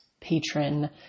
patron